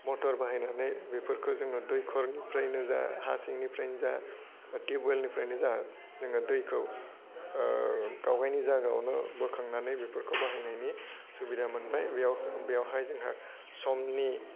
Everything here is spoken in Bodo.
मटर बाहायनानै बेफोरखौ जोङो दैखरनिफ्रायनो जा हा सिंनिफ्रायनो जा बा टिब वेलनिफ्रायनो जा जोङो दैखौ ओह गावहायनि जागायावनो बोखांनानै बेफोरखौ बाहायनायनि सुबिदा मोनबाय बेयाव बेवहाय जोंहा समनि